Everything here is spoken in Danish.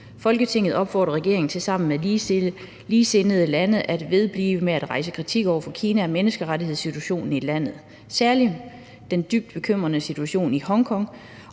Folketinget opfordrer regeringen til sammen med ligesindede lande at vedblive med at rejse kritik over for Kina af menneskerettighedssituationen i landet, særligt den dybt bekymrende situation i Hongkong.